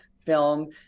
film